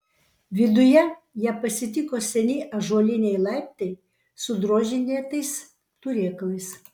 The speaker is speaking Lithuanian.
viduje ją pasitiko seni ąžuoliniai laiptai su drožinėtais turėklais